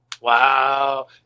Wow